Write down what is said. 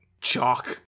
chalk